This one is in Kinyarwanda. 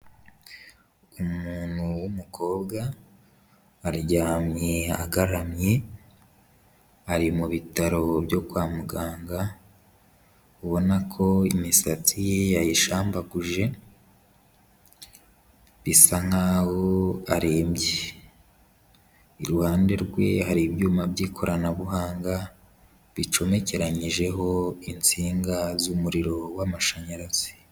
Umuntu w'umukobwa aryamye agaramye ari mu bitaro byo kwa muganga, ubona ko imisatsi ye yayishambaguje bisa nkaho arembye, iruhande rwe hari ibyuma by'ikoranabuhanga bicomekeranyijeho insinga z'umuriro w'amashanyarazi.